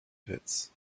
pits